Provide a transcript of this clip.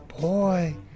Boy